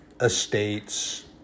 estates